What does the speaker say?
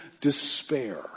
despair